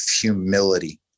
humility